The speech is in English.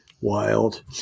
Wild